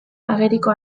ageriko